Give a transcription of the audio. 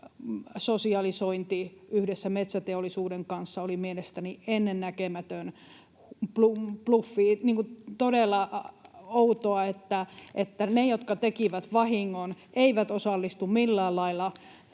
sosialisointi yhdessä metsäteollisuuden kanssa oli mielestäni ennennäkemätön bluffi. Todella outoa, että ne, jotka tekivät vahingon, eivät osallistu millään lailla